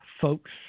folks